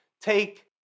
take